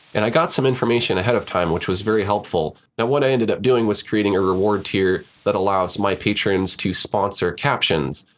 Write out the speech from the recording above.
and i got some information ahead of time, which was very helpful. now what i ended up doing was creating a reward tier that allows my patrons to sponsor captions.